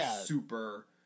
super